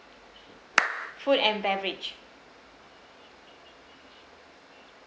food and beverage